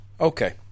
Okay